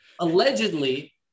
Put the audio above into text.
Allegedly